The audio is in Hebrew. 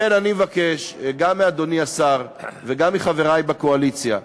לכן אני מבקש, גם מאדוני השר וגם מחברי בקואליציה,